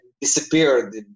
disappeared